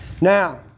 Now